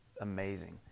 amazing